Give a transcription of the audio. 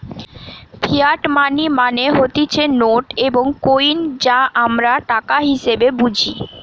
fiat money মানে হতিছে note এবং কইন যা আমরা টাকা হিসেবে বুঝি